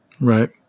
Right